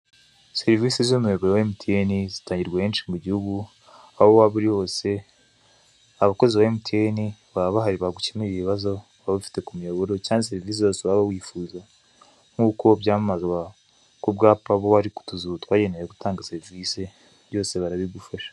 Serivise z'umuyoboro wa MTN, zitangirwa henshi mu gihugu aho waba uri hose; abakozi ba MTN baba bahari, bagukemurira ibibazo ufite ku muyoboro cyangwa serivise zose waba wifuza, nk'uko biba byamamazwa ku bwapa buba buri ku tuzu twagenewe gutanga serivise, byose barabigufasha.